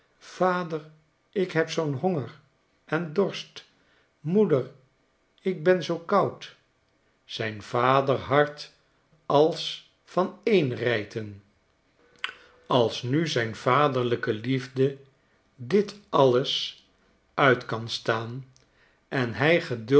vader k heb zoo'n honger en dorst moeder k ben zoo koud zijn vaderhart als vaneenrijten en als nu zijn vaderlijke liefde dit alles uit kan staan en hij